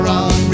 on